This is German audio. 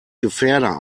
gefährder